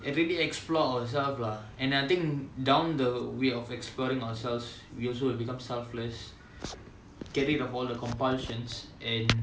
and really explore ourself lah and I think down the way of exploring ourselves we also becomes selfless get rid of all the compulsions and